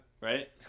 Right